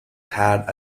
had